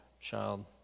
child